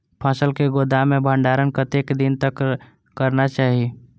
फसल के गोदाम में भंडारण कतेक दिन तक करना चाही?